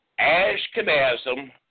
Ashkenazim